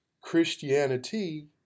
Christianity